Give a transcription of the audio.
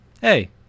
Hey